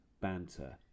banter